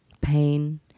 pain